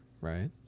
Right